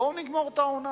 בואו נגמור את העונה.